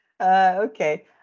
Okay